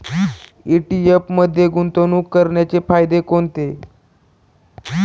ETF मध्ये गुंतवणूक करण्याचे फायदे कोणते?